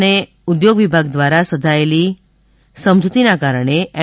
અને ઉદ્યોગ વિભાગ દ્વારા સધાયેલી સમજુતીના કારણે એમ